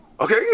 Okay